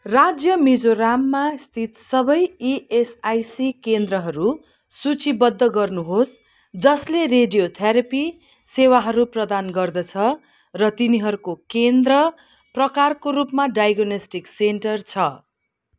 राज्य मिजोराममा स्थित सबै इएसआइसी केन्द्रहरू सूचीबद्ध गर्नुहोस् जसले रेडियोथेरापी सेवाहरू प्रदान गर्दछ र तिनीहरूको केन्द्र प्रकारको रूपमा डाइगोनेस्टिक सेन्टर छ